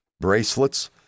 bracelets